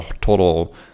total